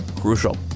Crucial